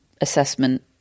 assessment